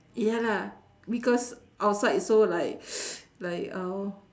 ya lah because outside so like like !ow!